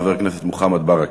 ואחריו, חבר הכנסת מוחמד ברכה.